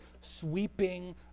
sweeping